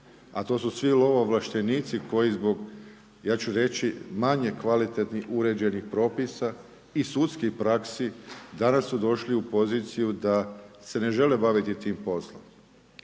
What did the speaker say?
a to su svi lovoovlaštenici koji zbog, ja ću reći manje kvalitetnih uređenih propisa i sudskih praksi danas su došli u poziciju da se ne žele baviti tim poslom.